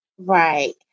Right